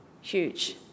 huge